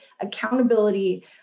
accountability